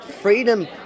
freedom